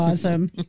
awesome